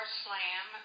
slam